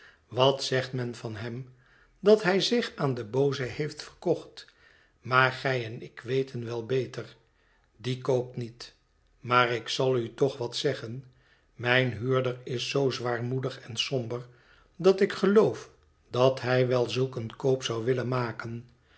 wat zegt men dan van hem dat hij zich aan den booze heeft verkocht maar gij en ik weten wel beter die koopt niet maar ik zal u toch wat zeggen mijn huurder is zoo zwaarmoedig en somber dat ik geloof dat hij wel zulk een koop zou willen maken